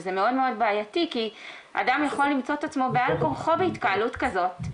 שזה מאוד בעייתי כי אדם יכול למצוא את עצמו בעל כורחו בהתקהלות כזאת.